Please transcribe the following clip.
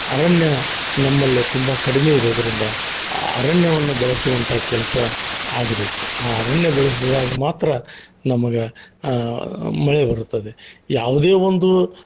ಅರಣ್ಯ ನಮ್ಮಲ್ಲೆ ತುಂಬ ಕಡಿಮೆ ಇರೋದರಿಂದ ಆ ಅರಣ್ಯವನ್ನು ಬೆಳ್ಸುವಂಥ ಕೆಲಸ ಆಗಬೇಕು ಆ ಅರಣ್ಯ ಬೆಳೆಸಿದಾಗ ಮಾತ್ರ ನಮ್ಗೆ ಮಳೆ ಬರುತ್ತದೆ ಯಾವುದೇ ಒಂದು